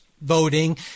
voting